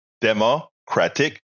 Democratic